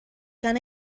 gan